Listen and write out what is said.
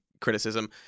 criticism